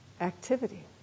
activity